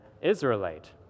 Israelite